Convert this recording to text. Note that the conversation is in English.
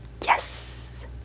Yes